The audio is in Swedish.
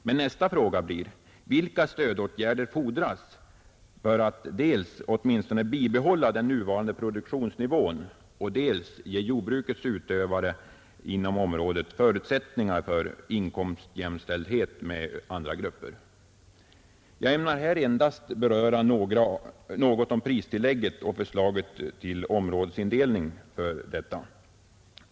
Men nästa fråga blir: Vilka stödåtgärder fordras för att dels åtminstone bibehålla den nuvarande produktionsnivån och dels ge jordbrukets utövare inom området förutsättningar för inkomstjämställdhet med andra grupper? Jag ämnar här endast beröra något om pristillägget och förslaget till områdesindelning för detta.